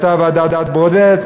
הייתה ועדת ברודט,